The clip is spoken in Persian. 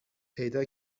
پیدا